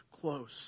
close